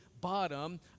bottom